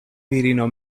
virino